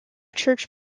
church